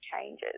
changes